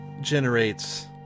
generates